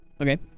Okay